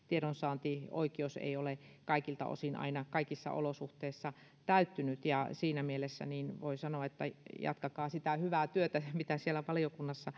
tiedonsaantioikeus ei ole kaikilta osin aina kaikissa olosuhteissa täyttynyt niin siinä mielessä voi sanoa että jatkakaa sitä hyvää työtä mitä siellä valiokunnassa